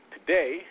Today